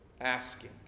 asking